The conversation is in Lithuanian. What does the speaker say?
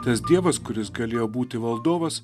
tas dievas kuris galėjo būti valdovas